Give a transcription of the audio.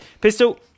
Pistol